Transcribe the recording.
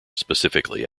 specifically